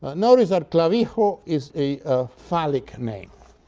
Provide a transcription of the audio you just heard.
ah notice that clavijo is a phallic name.